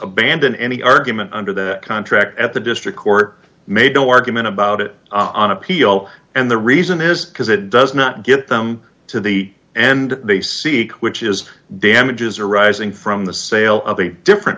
abandon any argument under the contract at the district court made no argument about it on appeal and the reason is because it does not get them to the end they seek which is damages arising from the sale of a different